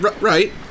Right